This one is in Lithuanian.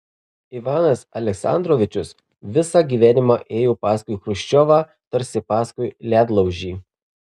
ivanas aleksandrovičius visą gyvenimą ėjo paskui chruščiovą tarsi paskui ledlaužį